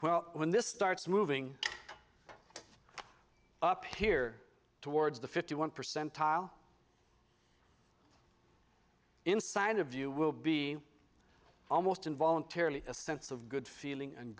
well when this starts moving up here towards the fifty one percentile inside of you will be almost involuntary a sense of good feeling and